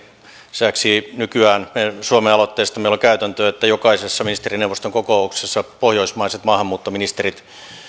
lisäksi nykyään suomen aloitteesta meillä on käytäntö että jokaisessa ministerineuvoston kokouksessa pohjoismaiset maahanmuuttoministerit